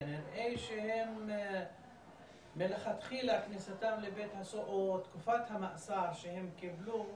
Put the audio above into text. כנראה שמלכתחילה כניסתם לבית הסוהר או תקופת המאסר שהם קיבלו